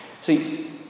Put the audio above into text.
See